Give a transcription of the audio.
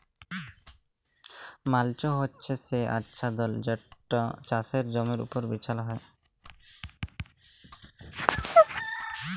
mulch হছে সে আচ্ছাদল যেট চাষের জমির উপর বিছাল হ্যয়